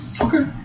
Okay